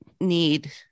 need